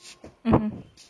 mmhmm